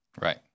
Right